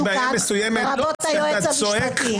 לרבות היועץ המשפטי.